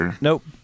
Nope